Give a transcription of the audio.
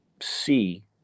see